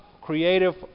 creative